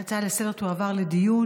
ההצעה לסדר-היום תועבר לדיון